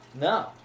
No